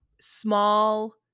small